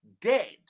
dead